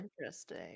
interesting